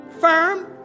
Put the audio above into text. firm